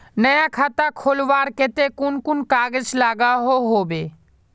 नया खाता खोलवार केते कुन कुन कागज लागोहो होबे?